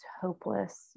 hopeless